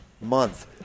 month